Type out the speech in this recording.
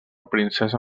princesa